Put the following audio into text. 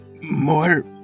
More